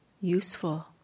useful